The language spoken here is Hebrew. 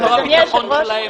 לא הביטחון שלהם,